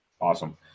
Awesome